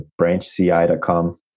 branchci.com